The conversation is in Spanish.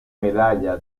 medalla